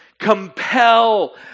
compel